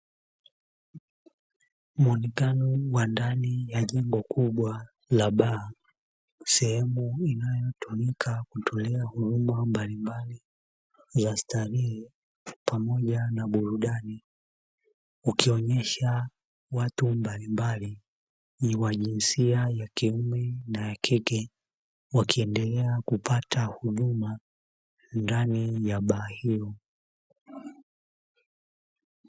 Muonekano wa ndani ya jengo kubwa la baa sehemu inayotumika kutolea huduma mbalimbali za starehe pamoja na burudani, ikionesha watu mbalimbali wa jinsia ya kiume na ya kike wakiendelea kupata huduma ndani ya baa hiyo.